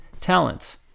talents